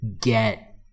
get